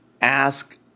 ask